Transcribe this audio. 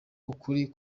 ukuri